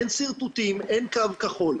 אין קו כחול.